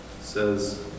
says